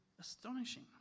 astonishing